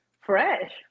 fresh